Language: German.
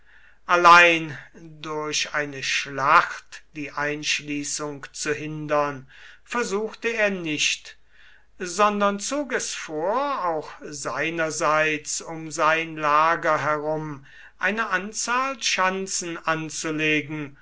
allein durch eine schlacht die einschließung zu hindern versuchte er nicht sondern zog es vor auch seinerseits um sein lager herum eine anzahl schanzen anzulegen